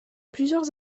plusieurs